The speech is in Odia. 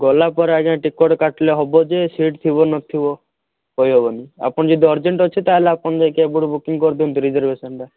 ଗଲାପରେ ଆଜ୍ଞା ଟିକେଟ୍ କାଟିଲେ ହେବ ଯେ ସିଟ୍ ଥିବ ନଥିବ କହି ହେବନି ଆପଣଙ୍କ ଯଦି ଅରଜେଣ୍ଟ୍ ଅଛି ତା'ହେଲେ ଆପଣ ଯାଇକି ଏବେଠୁ ବୁକିଙ୍ଗ୍ କରି ଦିଅନ୍ତୁ ରିଜର୍ବେସନଟା